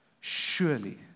surely